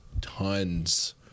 tons